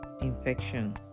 Infection